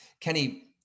Kenny